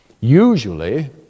Usually